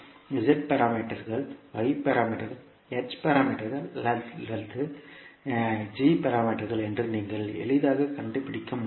Z பாராமீட்டர்கள் y பாராமீட்டர்கள் h பாராமீட்டர்கள் அல்லது g பாராமீட்டர்கள் என்று நீங்கள் எளிதாக கண்டுபிடிக்க முடியும்